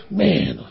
man